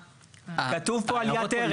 כתוב פה עליית ערך.